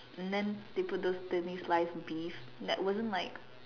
and then they put those thinly sliced beef that wasn't like